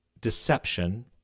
deception